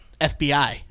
FBI